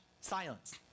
silence